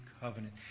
covenant